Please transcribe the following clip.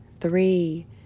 three